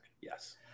Yes